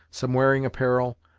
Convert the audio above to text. some wearing apparel,